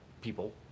people